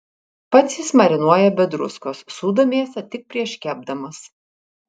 pats jis marinuoja be druskos sūdo mėsą tik prieš kepdamas